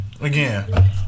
again